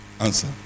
answer